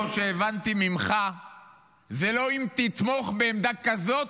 יתמוך בעמדה הזאת